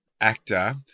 actor